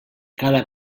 cada